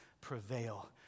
prevail